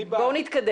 אני בעד.